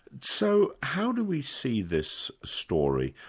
so how do we see this story?